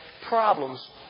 problems